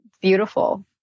beautiful